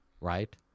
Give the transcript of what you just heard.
right